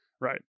right